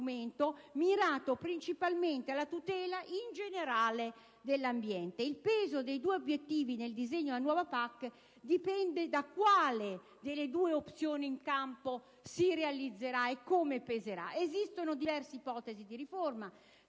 Il peso dei due obiettivi nel disegno della nuova PAC dipende da quale delle due opzioni in campo si realizzerà e come peserà. Esistono diverse ipotesi di riforma: